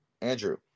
Andrew